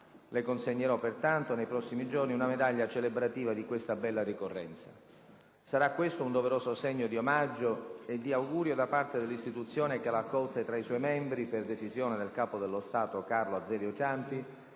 Le consegnerò pertanto, nei prossimi giorni, una medaglia celebrativa di questa bella ricorrenza. Sarà questo un doveroso segno di omaggio e di augurio da parte dell'istituzione che la accolse tra i suoi membri per decisione del capo dello Stato Carlo Azeglio Ciampi,